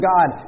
God